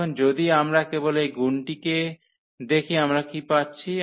এখন যদি আমরা কেবল এই গুণটিকে দেখি আমরা কি পাচ্ছি